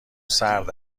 سرد